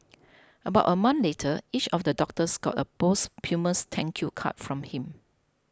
about a month later each of the doctors got a posthumous thank you card from him